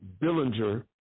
Billinger